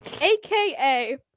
aka